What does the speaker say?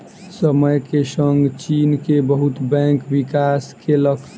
समय के संग चीन के बहुत बैंक विकास केलक